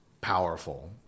powerful